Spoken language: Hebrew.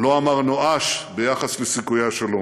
לא אמר נואש ביחס לסיכויי השלום.